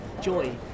joy